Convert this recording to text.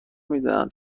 میدهند